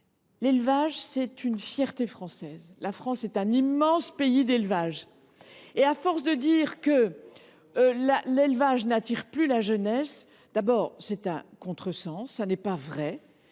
L’élevage, c’est une fierté française ! La France est un immense pays d’élevage ! Dire que l’élevage n’attire plus la jeunesse, c’est un contresens, ce n’est pas vrai.